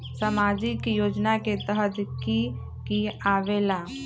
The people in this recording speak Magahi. समाजिक योजना के तहद कि की आवे ला?